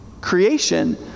creation